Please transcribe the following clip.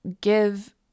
give